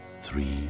three